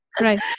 right